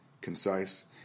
concise